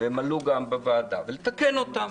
והם עלו גם בוועדה ולתקן אותם.